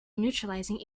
neutralizing